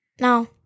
No